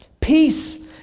Peace